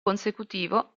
consecutivo